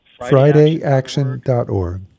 FridayAction.org